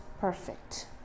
perfect